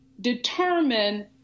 determine